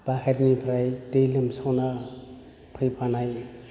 बाहेरनिफ्राय दै लोमसावना फैफानाय